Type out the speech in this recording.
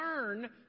learn